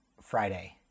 Friday